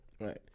Right